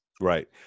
Right